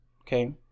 Okay